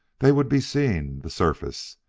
they would be seeing the surface,